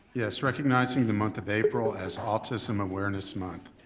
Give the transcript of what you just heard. yes, recognizing the month of april as autism awareness month.